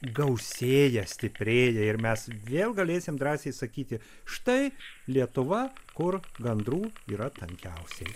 gausėja stiprėja ir mes vėl galėsim drąsiai sakyti štai lietuva kur gandrų yra tankiausiai